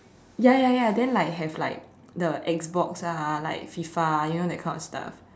ya ya ya then like have like the X box ah like FIFA you know that kind of stuff